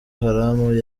haram